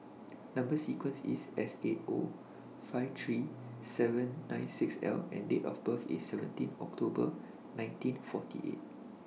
Number sequence IS Seighty lakh fifty three thousand seven hundred and ninety six L and Date of birth IS seventeen October one thousand nine hundred and forty eight